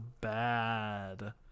bad